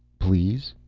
please?